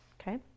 okay